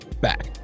back